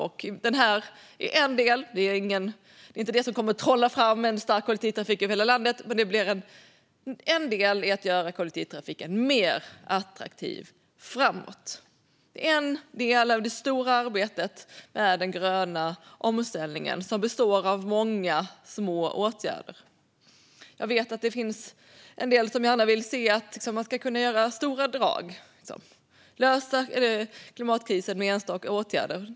Det nationella kortet är en del i detta; det är inte det som kommer att trolla fram en stark kollektivtrafik över hela landet, men det är en del i att göra den mer attraktiv framåt. En del av det stora arbetet är den gröna omställningen, som består av många små åtgärder. Jag vet att det finns en del som gärna vill se att man ska kunna göra stora drag och lösa klimatkrisen med enstaka åtgärder.